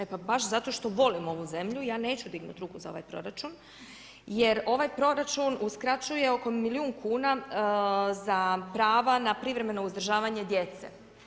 E pa baš zato što volim ovu zemlju, ja neću dignuti ruku za ovaj proračun, jer ovaj proračun uskraćuje oko milijun kuna za prava na privremeno uzdržavanje djece.